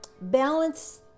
balance